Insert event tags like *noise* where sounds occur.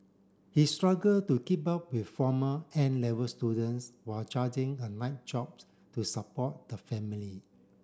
he struggle to keep up with former N Level students while *unintelligible* a night job to support the family